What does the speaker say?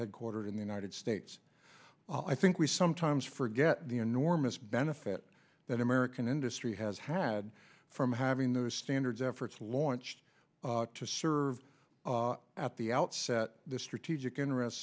headquartered in the united states i think we sometimes forget the enormous benefit that american industry has had from having those standards efforts launched to serve at the outset the strategic interests